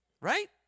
Right